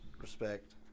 Respect